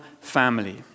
family